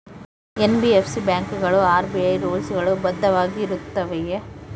NBFC ಬ್ಯಾಂಕುಗಳು RBI rules ಗಳು ಬದ್ಧವಾಗಿ ಇರುತ್ತವೆಯ?